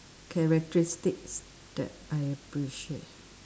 characteristics that I appreciate